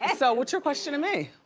and so what's your question to me?